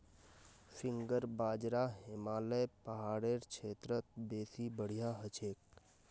finger बाजरा हिमालय पहाड़ेर क्षेत्रत बेसी बढ़िया हछेक